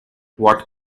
what